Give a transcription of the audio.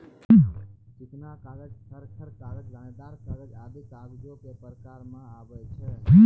चिकना कागज, खर खर कागज, दानेदार कागज आदि कागजो क प्रकार म आवै छै